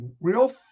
real